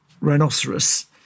rhinoceros